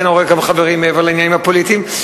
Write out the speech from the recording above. כי אני רואה בנו חברים מעבר לעניינים הפוליטיים,